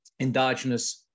endogenous